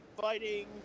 fighting